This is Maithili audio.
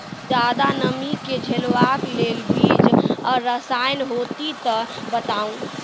ज्यादा नमी के झेलवाक लेल बीज आर रसायन होति तऽ बताऊ?